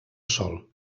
sol